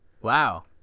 Wow